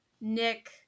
Nick